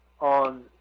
on